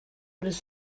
with